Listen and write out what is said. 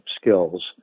skills